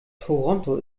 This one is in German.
toronto